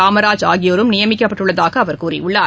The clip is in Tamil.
காமராஜ் ஆகியோரும் நியமிக்கப்பட்டுள்ளதாகஅவர் கூறியுள்ளார்